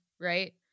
right